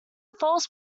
false